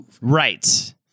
right